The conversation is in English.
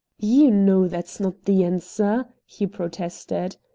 you know that's not the answer, he protested.